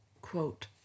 quote